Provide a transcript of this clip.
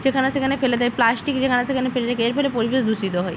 যেখানে সেখানে ফেলে দেয় প্লাস্টিক যেখানে সেখানে ফেলে রাখে এর ফলে পরিবেশ দূষিত হয়